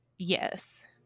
Yes